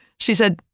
she said,